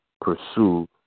pursue